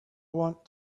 want